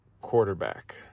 quarterback